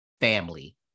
family